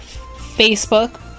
Facebook